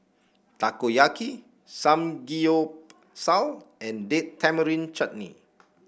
Takoyaki Samgeyopsal and Date Tamarind Chutney